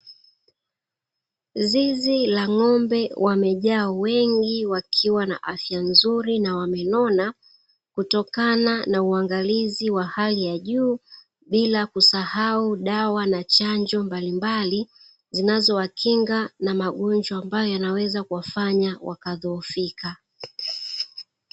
Zizi la ng’ombe wamejaa wengi wakiwa na afya nzuri na wamenona, kutokana na uangalizi wa hali ya juu bila kusahau dawa na chanjo mbalimbali, zinazowakinga na magonjwa ambayo yanayoweza kuwafanya wakadhoofika.